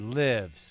lives